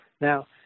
Now